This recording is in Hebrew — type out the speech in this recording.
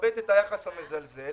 אני מכבד היחס המזלזל,